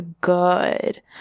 good